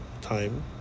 time